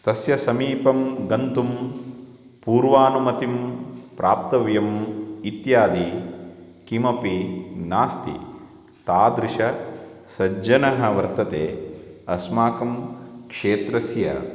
तस्य समीपं गन्तुं पूर्वानुमतिं प्राप्तव्यम् इत्यादि किमपि नास्ति तादृश सज्जनः वर्तते अस्माकं क्षेत्रस्य